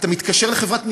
אתה מתקשר לחברת ניהול,